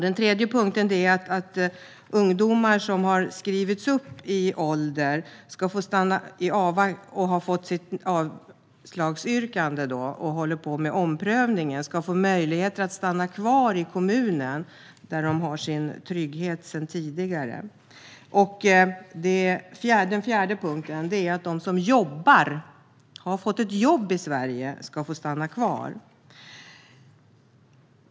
Den tredje punkten är att ungdomar som har skrivits upp i ålder och fått avslag som håller på att omprövas ska få möjlighet att stanna kvar i den kommun där de har sin trygghet sedan tidigare. Den fjärde punkten är att de som har fått ett jobb i Sverige ska få stanna kvar.